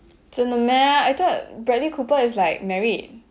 真的 meh I thought bradley cooper is like married